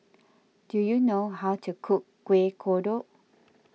do you know how to cook Kuih Kodok